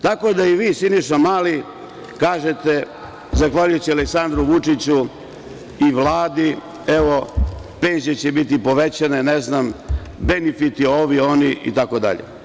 Tako da i vi, Siniša Mali, kažete zahvaljujući Aleksandru Vučiću i Vladi, evo penzije će biti povećane, ne znam, benefiti ovi, oni itd.